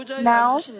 Now